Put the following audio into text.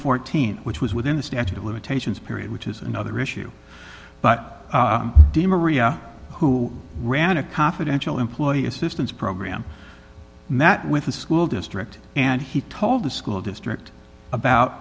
fourteen which was within the statute of limitations period which is another issue but demur riya who ran a confidential employee assistance program met with a school district and he told the school district